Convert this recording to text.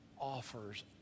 offers